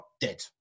dead